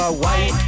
white